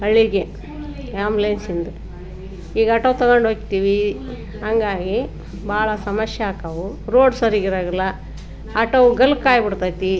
ಹಳ್ಳಿಗೆ ಆ್ಯಂಬುಲೆನ್ಸಿಂದು ಈಗ ಆಟೋ ತಗೊಂಡೋಗ್ತೀವಿ ಹಾಗಾಗಿ ಬಹಳ ಸಮಸ್ಯೆ ಆಕ್ಕಾವು ರೋಡ್ ಸರಿಗಿರಂಗಿಲ್ಲ ಆಟೋ ಗಲ್ಕಾಗ್ಬಿಡ್ತೈತಿ